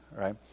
right